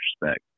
respect